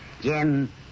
Jim